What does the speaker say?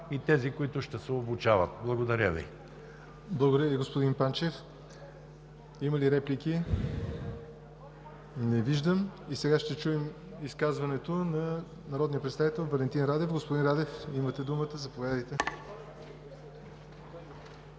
на тези, които ще се обучават! Благодаря. ПРЕДСЕДАТЕЛ ЯВОР НОТЕВ: Благодаря Ви, господин Панчев. Има ли реплики? Не виждам. Сега ще чуем изказването на народния представител Валентин Радев. Господин Радев, имате думата – заповядайте.